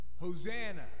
Hosanna